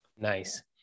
Nice